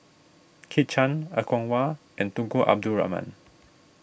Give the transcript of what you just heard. Kit Chan Er Kwong Wah and Tunku Abdul Rahman